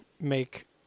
make